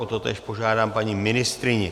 O totéž požádám paní ministryni.